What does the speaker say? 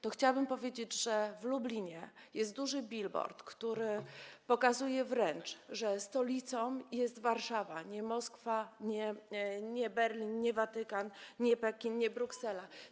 To chciałabym powiedzieć, że w Lublinie jest duży billboard, który pokazuje wręcz, że stolicą jest Warszawa, nie Moskwa, nie Berlin, nie Watykan, nie Pekin, nie Bruksela.